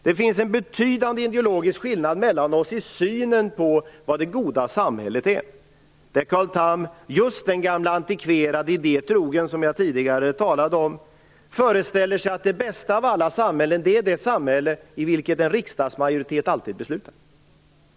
Det finns en betydande ideologisk skillnad mellan oss i synen på vad det goda samhället är. Carl Tham, just den gamla antikverade idé trogen som jag tidigare talade om, föreställer sig att det bästa av alla samhällen är det samhälle i vilket en riksdagsmajoritet alltid beslutar.